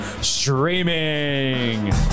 streaming